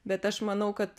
bet aš manau kad